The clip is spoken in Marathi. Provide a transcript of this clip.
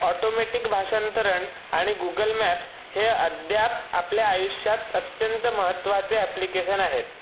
ऑटोमॅटिक भाषांतरण आणि गूगल मॅप्स हे अद्याप आपल्या आयुष्यात अत्यंत महत्त्वाचे अॅप्लिकेशन आहेत